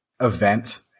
event